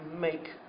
make